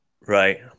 right